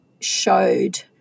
showed